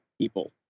people